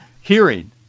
hearing